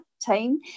team